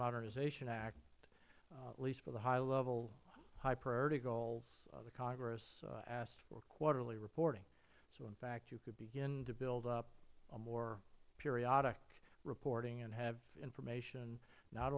modernization act at least for the high level high priority goals the congress asked for quarterly reporting so in fact you could begin to build up a more periodic reporting and have information not